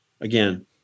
Again